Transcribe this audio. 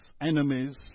enemies